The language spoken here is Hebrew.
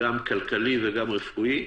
גם כלכלי וגם רפואי,